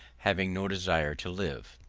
having no desire to live.